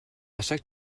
chaque